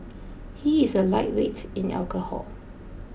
he is a lightweight in alcohol